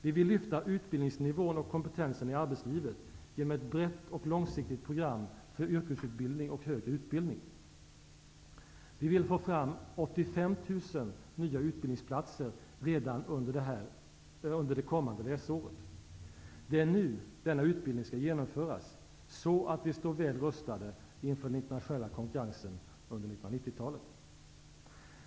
Vi vill lyfta utbildningsnivån och kompetensen i arbetslivet genom ett brett och långsiktigt program för yrkesutbildning och högre utbildning. Vi vill få fram 85 000 nya utbildningsplatser redan under det kommande läsåret. Det är nu denna utbildning skall genomföras, så att vi står väl rustade inför den internationella konkurrensen under 1990-talet.